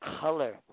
Color